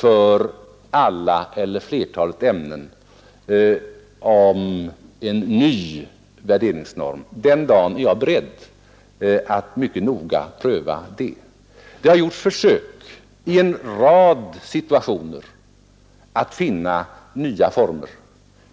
för alla eller flertalet ämnen, den dagen är jag beredd att mycket noga pröva det. Det har i en rad länder gjorts försök att finna nya former.